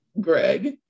Greg